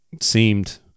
seemed